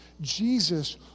Jesus